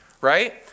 right